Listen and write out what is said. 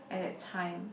at that time